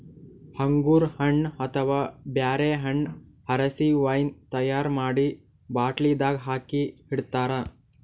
ಅಂಗೂರ್ ಹಣ್ಣ್ ಅಥವಾ ಬ್ಯಾರೆ ಹಣ್ಣ್ ಆರಸಿ ವೈನ್ ತೈಯಾರ್ ಮಾಡಿ ಬಾಟ್ಲಿದಾಗ್ ಹಾಕಿ ಇಡ್ತಾರ